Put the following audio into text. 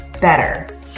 better